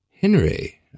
Henry